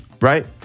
right